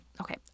okay